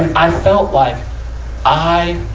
i felt like i,